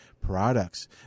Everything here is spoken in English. Products